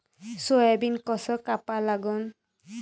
Soybean कस कापा लागन?